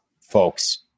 folks